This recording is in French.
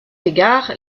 égard